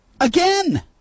again